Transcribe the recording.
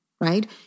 right